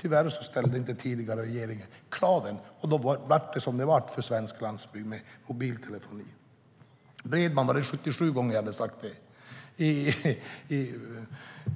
Tyvärr ställde inte den tidigare regeringen dessa krav, och då blev det som det blev med mobiltelefonin för svensk landsbygd. Var det 77 gånger jag hade nämnt bredband? I